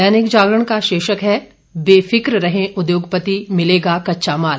दैनिक जागरण का शीर्षक है बेफिक्र रहें उद्योगपति मिलेगा कच्चा माल